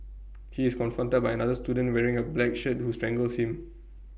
he is confronted by another student wearing A black shirt who strangles him